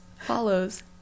follows